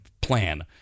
plan